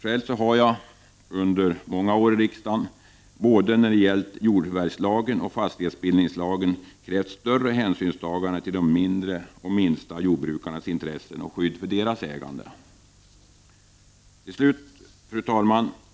Själv har jag under många år i riksdagen när det gällt både jordförvärvslagen och fastighetsbildningslagen krävt större hänsynstagande till de mindre och minsta jordbrukarnas intressen och skydd för deras ägande.